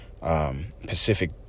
Pacific